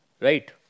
Right